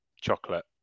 chocolate